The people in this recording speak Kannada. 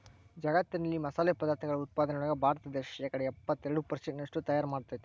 ಜಗ್ಗತ್ತಿನ ಮಸಾಲಿ ಪದಾರ್ಥಗಳ ಉತ್ಪಾದನೆಯೊಳಗ ಭಾರತ ದೇಶ ಶೇಕಡಾ ಎಪ್ಪತ್ತೆರಡು ಪೆರ್ಸೆಂಟ್ನಷ್ಟು ತಯಾರ್ ಮಾಡ್ತೆತಿ